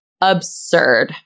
absurd